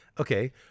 Okay